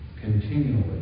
Continually